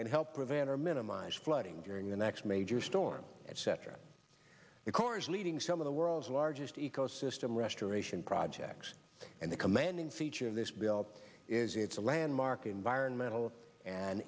can help prevent or minimize flooding during the next major storm etc the corps leading some of the world's largest ecosystem restoration projects and the commanding feature of this bill is it's a landmark environmental and